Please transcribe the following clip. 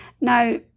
Now